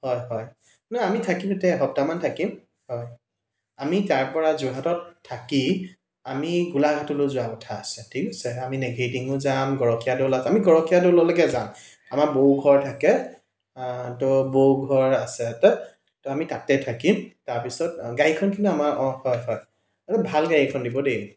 হয় হয় নহয় আমি থাকিম এসপ্তাহমান থাকিম হয় আমি তাৰপৰা যোৰহাটত থাকি আমি গোলাঘাটলৈ যোৱা কথা আছে ঠিক আছে আমি নেঘেৰীটিঙো যাম গৰখীয়া দ'ল আমি গৰখীয়া দ'ললৈকে যাম আমাৰ বৌ ঘৰ থাকে তহ বৌ ঘৰ আছে ইয়াতে তহ আমি তাতে থাকিম তাৰপিছত গাড়ীখন কিন্তু আমাৰ অঁ হয় হয় ভাল গাড়ী এখন দিব দেই